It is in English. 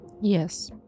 yes